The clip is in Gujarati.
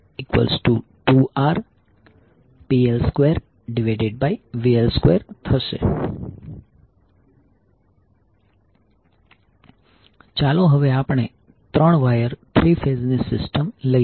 ચાલો હવે આપણે 3 વાયર થ્રી ફેઝ ની સિસ્ટમ લઈએ